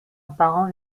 apparent